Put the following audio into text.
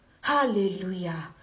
Hallelujah